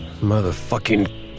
Motherfucking